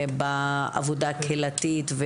ובעבודה הקהילתית.